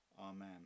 Amen